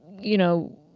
you know,